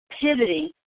pivoting